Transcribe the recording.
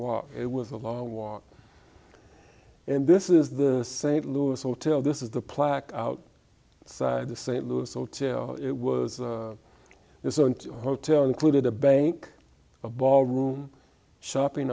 walk it was a long walk and this is the st louis hotel this is the plaque out side the st louis hotel it was hotel included a bank a ball room shopping